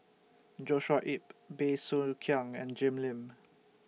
Joshua Ip Bey Soo Khiang and Jim Lim